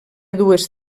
dues